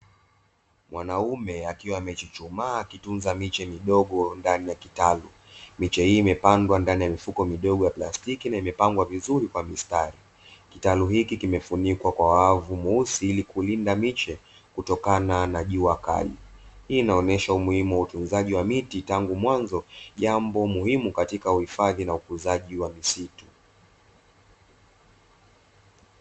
Mwanaume akiwa amechuchumaa akitunza miche midogo ndani ya kitalu miche hii imepandwa ndani ya mifuko midogo ya plastiki na imepangwa vizuri kwa vistari ,kitalu hiki kimefunikwa kwa wavu mweusi ili kulinda miche kutokana na jua kali, hii inaonyesha umuhimu wa utunzaji wa miti tangu mwanzo jambo muhimu katika uhifadhi na ukuzaji wa misitu.